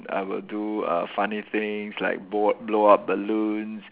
I will do uh funny things like blow blow up balloons